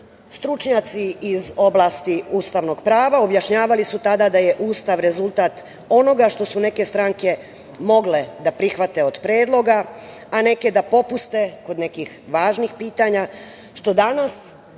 pripremao? Stručnjaci iz oblasti ustavnog pravo objašnjavali su tada da je Ustav rezultat onoga što su neke strane mogle da prihvate od predloga, a neke da popuste, kod nekih važnih pitanja, što danas